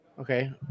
Okay